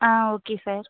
ah okay sir